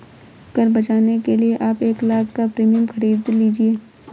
कर बचाने के लिए आप एक लाख़ का प्रीमियम खरीद लीजिए